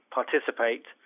participate